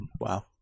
Wow